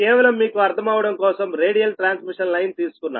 కేవలం మీకు అర్థం అవ్వడం కోసం రేడియల్ ట్రాన్స్మిషన్ లైన్ తీసుకున్నాం